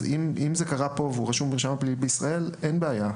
אם זה קרה פה והוא רשום במרשם הפלילי בישראל אין בעיה.